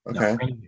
Okay